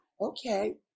okay